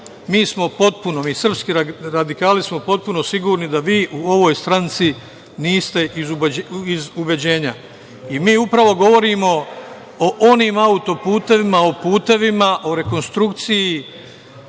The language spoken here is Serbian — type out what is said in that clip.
iz ubeđenja. Mi srpski radikali smo potpuno sigurni da vi u ovoj stranci niste iz ubeđenja. Mi upravo govorimo o onim autoputevima, o putevima, o rekonstrukciji